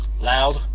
loud